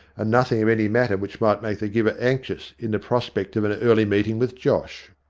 and nothing of any matter which might make the giver anxious in the prospect of an early meeting with josh.